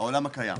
העולם הקיים.